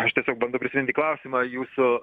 aš tiesiog bandau prisiminti klausimą jūsų